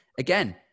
Again